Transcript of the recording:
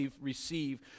receive